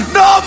no